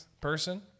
person